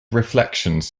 reflections